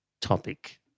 topic